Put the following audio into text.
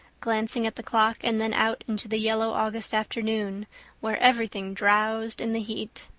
glancing at the clock and then out into the yellow august afternoon where everything drowsed in the heat.